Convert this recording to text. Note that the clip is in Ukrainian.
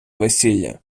весілля